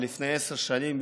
לפני עשר שנים,